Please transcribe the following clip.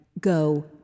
go